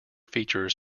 features